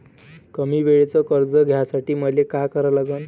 कमी वेळेचं कर्ज घ्यासाठी मले का करा लागन?